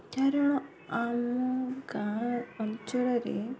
କାରଣ ଆମ ଗାଁ ଅଞ୍ଚଳରେ